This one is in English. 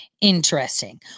Interesting